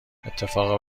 اتفاق